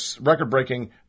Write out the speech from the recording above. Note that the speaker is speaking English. record-breaking